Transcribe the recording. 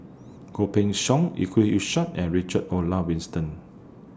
Goh Pin Seng Yusof Ishak and Richard Olaf Winston